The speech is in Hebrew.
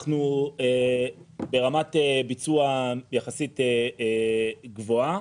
אנחנו ברמת ביצוע יחסית גבוהה